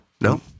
no